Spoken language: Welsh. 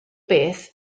beth